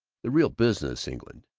the real business england,